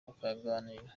bakaganira